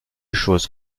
chose